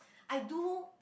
I do